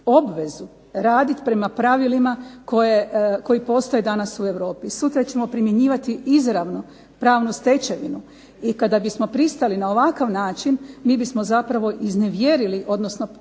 obvezu raditi prema pravilima koji postoje danas u Europi. Sutra ćemo primjenjivati izravno pravnu stečevinu i kada bismo pristali na ovakav način, mi bismo zapravo iznevjerili, odnosno